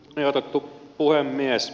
kunnioitettu puhemies